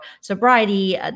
sobriety